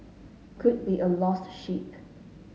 could be a lost sheep